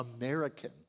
American